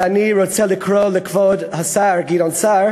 ואני רוצה לקרוא לכבוד השר גדעון סער